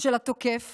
של התוקף